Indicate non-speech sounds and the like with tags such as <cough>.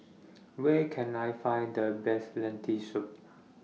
<noise> Where Can I Find The Best Lentil Soup